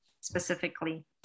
specifically